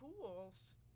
tools